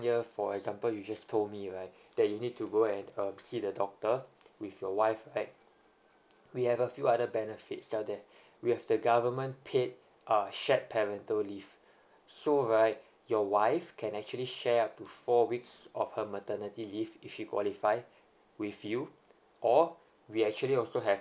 year for example you just told me right that you need to go and um see the doctor with your wife right we have a few other benefits out there we have the government paid uh shared parental leave so right your wife can actually share up to four weeks of her maternity leave if she qualify with you or we actually also have